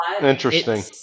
interesting